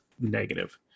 negative